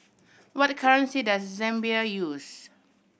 what currency does Zambia use